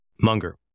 Munger